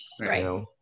right